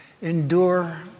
endure